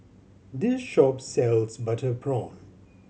this shop sells butter prawn